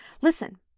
Listen